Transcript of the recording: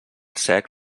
sec